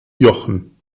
jochen